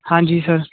ਹਾਂਜੀ ਸਰ